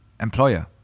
employer